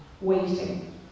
waiting